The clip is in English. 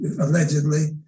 allegedly